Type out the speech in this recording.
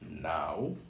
now